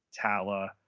Tala